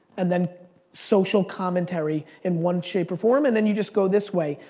and then social commentary in one shape or form, and then you just go this way.